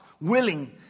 Willing